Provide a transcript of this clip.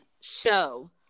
show